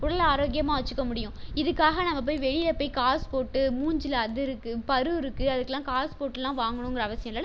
உடலை ஆரோக்கியமாக வச்சுக்க முடியும் இதுக்காக நம்ம போய் வெளியே போய் காஸ் போட்டு மூஞ்சியில் அது இருக்குது பரு இருக்குது அதுக்கெல்லாம் காஸ் போட்டெல்லாம் வாங்கணுங்கற அவசியமில்லல